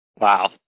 wow